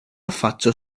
affaccia